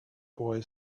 boy